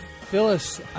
phyllis